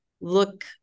look